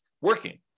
working